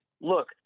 look